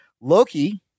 Loki